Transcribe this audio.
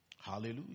Hallelujah